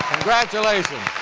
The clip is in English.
congratulations.